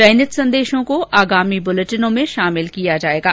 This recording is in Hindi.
चयनित संदेशों को आगामी बुलेटिनों में शामिल किया जाएगा